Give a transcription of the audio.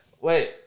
Wait